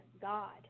God